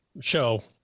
show